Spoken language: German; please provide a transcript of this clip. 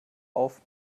auf